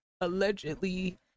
allegedly